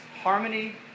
harmony